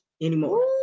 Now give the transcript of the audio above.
anymore